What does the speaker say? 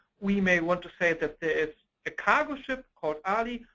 we may want to say that there is a cargo ship, called aali,